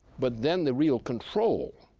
but then, the real control